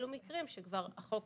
אלו מקרים שכבר החוק